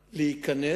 המשטרה להיכנס